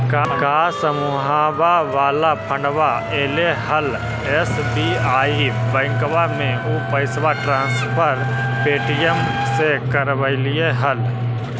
का समुहवा वाला फंडवा ऐले हल एस.बी.आई बैंकवा मे ऊ पैसवा ट्रांसफर पे.टी.एम से करवैलीऐ हल?